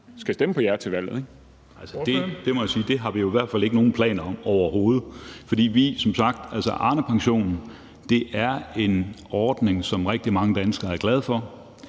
14:47 Peter Skaarup (DD): Jeg må sige, at det har vi i hvert fald ikke nogen planer om, overhovedet. For som sagt er Arnepensionen en ordning, som rigtig mange danskere er glade for,